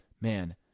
man